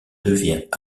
devient